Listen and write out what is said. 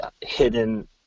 hidden